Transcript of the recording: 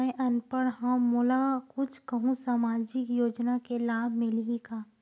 मैं अनपढ़ हाव मोला कुछ कहूं सामाजिक योजना के लाभ मिलही का?